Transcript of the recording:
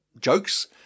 jokes